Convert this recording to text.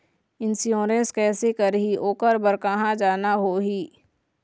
Insurance कैसे करही, ओकर बर कहा जाना होही?